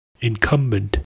Incumbent